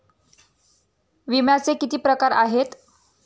विम्याचे किती प्रकार आहेत?